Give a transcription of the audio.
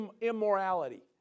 immorality